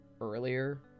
earlier